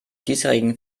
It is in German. diesjährigen